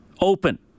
Open